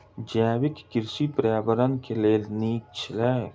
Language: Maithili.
जैविक कृषि पर्यावरण के लेल नीक अछि